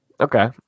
Okay